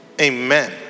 Amen